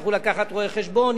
יצטרכו לקחת רואה-חשבון,